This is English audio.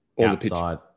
Outside